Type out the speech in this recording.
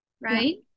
right